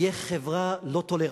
נהיה חברה לא טולרנטית,